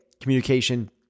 communication